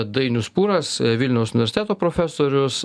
dainius pūras vilniaus universiteto profesorius